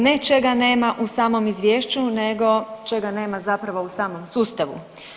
Ne čega nema u samom izvješću, nego čega nema zapravo u samom sustavu.